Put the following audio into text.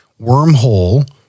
wormhole